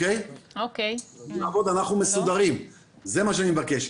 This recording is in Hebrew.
תנו לנו לעבוד, אנחנו מסודרים, זה מה שאני מבקש.